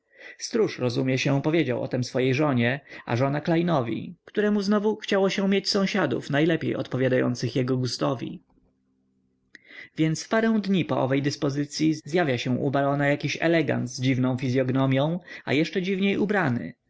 rozumie się powiedział o tem swej żonie a żona klejnowi któremu znowu chciało się mieć sąsiadów najlepiej odpowiadających jego gustowi więc w parę dni po owej dyspozycyi zjawia się u barona jakiś elegant z dziwną fizyognomią a jeszcze dziwniej ubrany